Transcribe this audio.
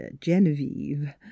Genevieve